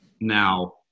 Now